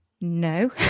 no